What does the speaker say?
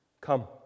Come